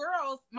girls